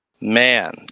Man